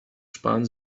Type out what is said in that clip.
sparen